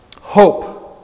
hope